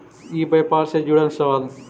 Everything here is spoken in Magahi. ई व्यापार से जुड़ल सवाल?